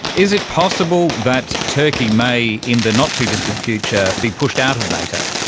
is it possible that turkey may in the not too distant future be pushed out of nato?